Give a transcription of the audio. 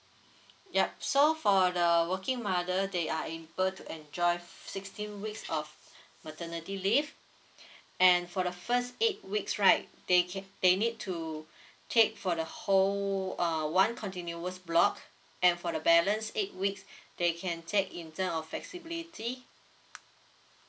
yup so for the working mother they are able to enjoy sixteen weeks of maternity leave and for the first eight weeks right they can they need to take for the whole uh one continuous block and for the balance eight weeks they can take in term of flexibility